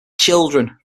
children